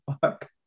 fuck